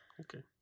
Okay